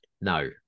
no